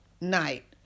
night